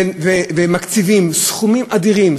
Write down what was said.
ומקציבים סכומים אדירים,